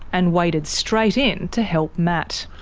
and waded straight in to help matt.